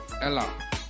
Ella